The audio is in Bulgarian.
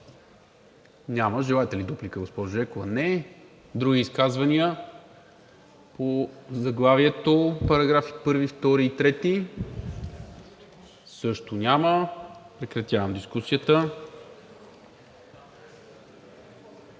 Няма. Желаете ли дуплика, госпожо Жекова? Не. Други изказвания по заглавието, параграфи 1, 2 и 3? Също няма. Прекратявам дискусията.